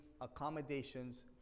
accommodations